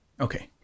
Okay